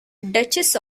duchess